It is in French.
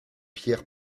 pierre